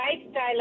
lifestyle